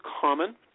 common